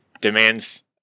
demands